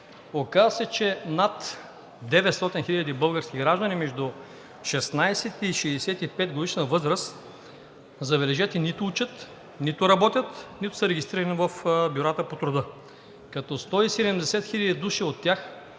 Оказа се, че над 900 хиляди български граждани между 16- и 65-годишна възраст, забележете, нито учат, нито работят, нито са регистрирани в бюрата по труда, като 170 хиляди души от тях